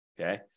okay